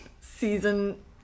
season